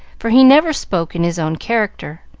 for he never spoke in his own character.